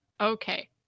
Okay